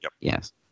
yes